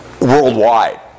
worldwide